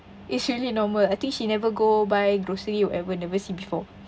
it's really normal I think she never go buy grocery or ever never see before